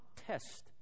test